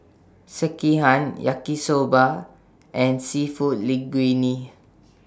Sekihan Yaki Soba and Seafood Linguine